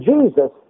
Jesus